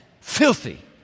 Filthy